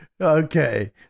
Okay